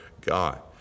God